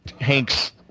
hank's